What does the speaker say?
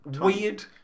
weird